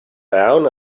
down